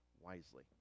wisely